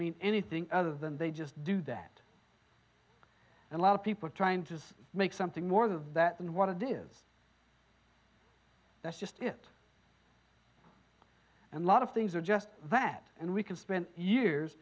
mean anything other than they just do that and a lot of people are trying to make something more that than what it is that's just it and lot of things are just that and we can spend years